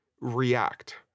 react